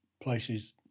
places